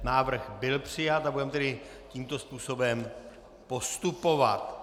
Návrh byl přijat a budeme tedy tímto způsobem postupovat.